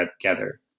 together